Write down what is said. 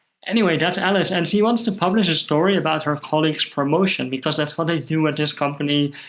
anyway, that's alice, and she wants to publish a story about her colleague's promotion, because that's what they do at this company.